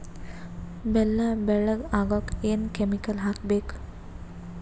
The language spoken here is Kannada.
ಬೆಲ್ಲ ಬೆಳಗ ಆಗೋಕ ಏನ್ ಕೆಮಿಕಲ್ ಹಾಕ್ಬೇಕು?